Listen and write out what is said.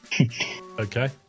Okay